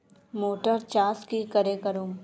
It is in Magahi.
मोटर चास की करे करूम?